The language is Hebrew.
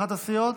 מאחת הסיעות?